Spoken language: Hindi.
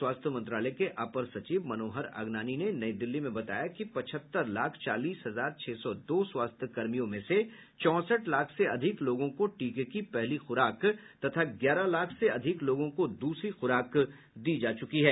स्वास्थ्य मंत्रालय के अपर सचिव मनोहर अगनानी ने नई दिल्ली में बताया कि पचहत्तर लाख चालीस हजार छह सौ दो स्वास्थ्यकर्मियों में से चौसठ लाख से अधिक लोगों को टीके की पहली खुराक तथा ग्यारह लाख से अधिक लोगों को दूसरी खुराक दी जा चुकी है